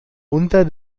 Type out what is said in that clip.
unter